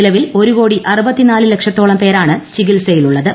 നിലവിൽ ഒരുകോടി അറുപത്തിനാല് ലക്ഷത്തോളം പേരാണ് ചികിത്സയിലുള്ളത്